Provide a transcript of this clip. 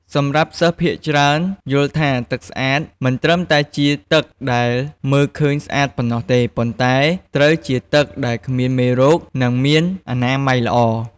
សម្រាប់សិស្សភាគច្រើនយល់ថា ទឹកស្អាតមិនត្រឹមតែជាទឹកដែលមើលឃើញស្អាតប៉ុណ្ណោះទេ ប៉ុន្តែត្រូវជាទឹកដែលគ្មានមេរោគនិងមានអនាម័យល្អ។